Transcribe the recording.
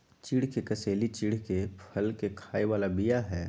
चिढ़ के कसेली चिढ़के फल के खाय बला बीया हई